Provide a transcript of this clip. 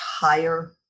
higher